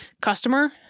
customer